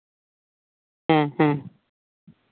ᱦᱮᱸ ᱦᱮᱸ